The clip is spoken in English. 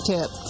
Tip